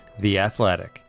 theathletic